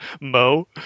Mo